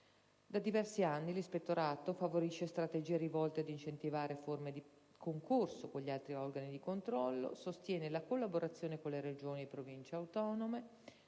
Da diversi anni l'Ispettorato favorisce strategie rivolte ad incentivare forme di concorso con gli altri organi di controllo; sostiene la collaborazione con le Regioni e Province autonome;